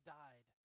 died